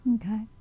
Okay